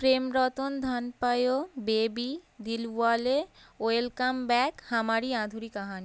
Prem Ratan Dhan Payo baby Dilwale welcome back Hamari Adhuri Kahani